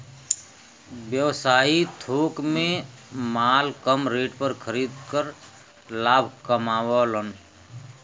व्यवसायी थोक में माल कम रेट पर खरीद कर लाभ कमावलन